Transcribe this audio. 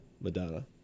Madonna